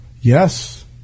Yes